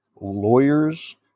lawyers